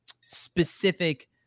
specific